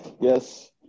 Yes